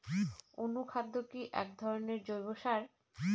অনুখাদ্য কি এক ধরনের জৈব সার?